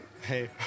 Hey